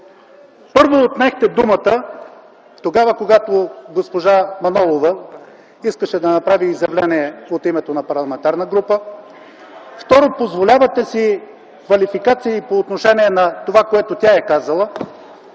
Първо, отнехте думата тогава, когато госпожа Манолова искаше да направи изявление от името на парламентарна група. Второ, позволявате си квалификации по отношение на това, което тя е казала.